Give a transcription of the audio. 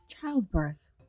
Childbirth